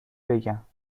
بگم